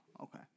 Okay